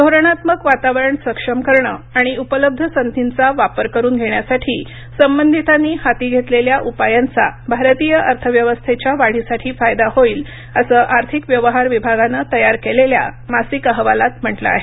धोरणात्मक वातावरण सक्षम करण आणि उपलब्ध संधींचा वापर करून घेण्यासाठी संबंधितांनी हाती घेतलेल्या उपायांचा भारतीय अर्थव्यवस्थेच्या वाढीसाठी फायदा होईल असं आर्थिक व्यवहार विभागानं तयार केलेल्या मासिक अहवालात म्हटलं आहे